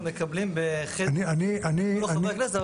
אנחנו לא חברי כנסת,